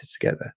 together